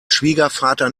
schwiegervater